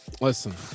listen